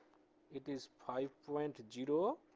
it is five point zero,